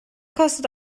kostet